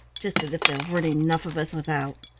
just as if there weren't enough of us without.